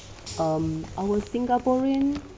um our singaporean